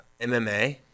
MMA